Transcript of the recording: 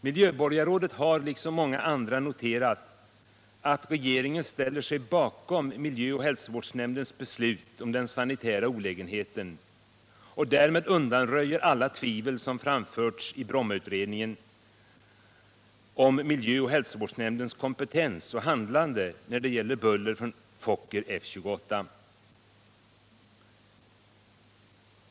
Miljöborgarrådet har även liksom många andra noterat att regeringen ställer sig bakom miljöoch hälsovårdsnämndens beslut i frågan om den sanitära olägenheten och därmed undanröjer alla tvivel som framförts i Brommautredningen när det gäller miljöoch hälsovårdsnämndens kompetens och handlande i fråga om buller från Fokker F-28.